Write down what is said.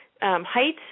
height